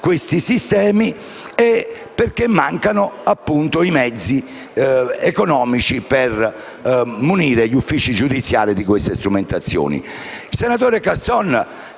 questi sistemi e mancano i mezzi economici per munire gli uffici giudiziari di queste strumentazioni.